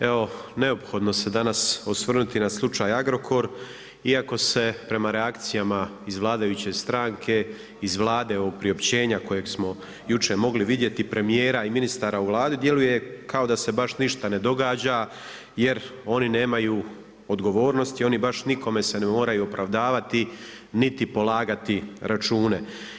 Evo neophodno se danas osvrnuti na slučaj Agrokor, iako se prema reakcijama iz vladajuće stranke, iz Vlade ovog priopćenja kojeg smo jučer mogli vidjeti, premjer i ministara u Vladi djeluje kao da se baš ništa ne događa, jer oni nemaju odgovornost i oni baš nikome se ne moraju opravdavati niti polagati račune.